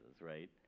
right